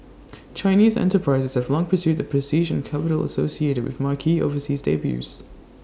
Chinese enterprises have long pursued the prestige and capital associated with marquee overseas debuts